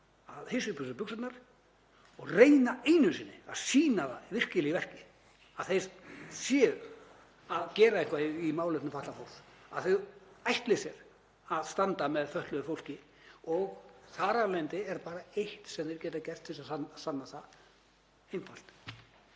að hysja upp um sig buxurnar og reyna einu sinni að sýna það virkilega í verki að þau séu að gera eitthvað í málefnum fatlaðs fólks, að þau ætli sér að standa með fötluðu fólki. Þar af leiðandi er bara eitt sem þau geta gert til að sanna það og það